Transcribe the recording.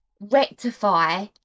rectify